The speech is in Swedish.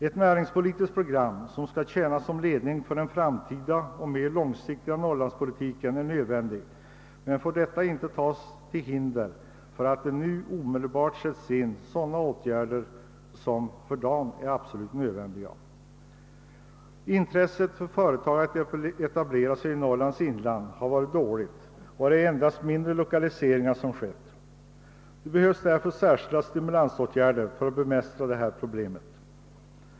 Ett näringspolitiskt program som skall tjäna till ledning för den framtida och mer långsiktiga norrlandspolitiken är nödvändig, men detta får inte utgöra ett hinder för att nu omedelbart sätta in åtgärder som för dagen är absolut nödvändiga. Intresset hos företag att etablera sig i Norrlands inland har varit dåligt, och det är endast mindre lokaliseringar som skett. Det behövs därför särskilda stimulansåtgärder för att bemästra detta problem.